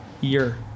year